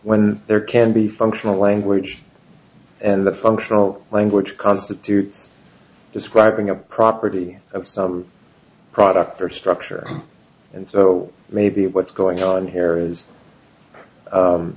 when there can be functional language and the functional language constitutes describing a property of some product or structure and so maybe what's going on here is